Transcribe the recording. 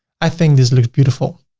i think this looks beautiful.